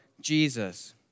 Jesus